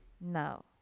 no